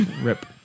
Rip